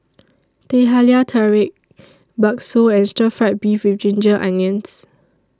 Teh Halia Tarik Bakso and Stir Fried Beef with Ginger Onions